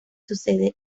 sucede